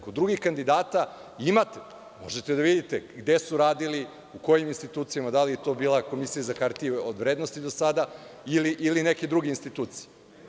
Kod drugih kandidata imate, možete da vidite gde su radili, u kojim institucijama, da li je to bila Komisija za hartije od vrednosti do sada ili neke druge institucije.